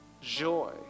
joy